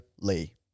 Lee